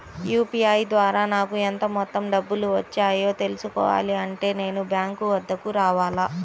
UPI ద్వారా నాకు ఎంత మొత్తం డబ్బులు వచ్చాయో తెలుసుకోవాలి అంటే నేను బ్యాంక్ వద్దకు రావాలా?